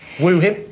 woo him?